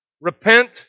Repent